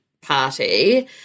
party